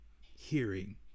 hearing